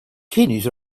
kidneys